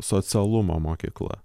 socialumo mokykla